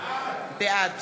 בעד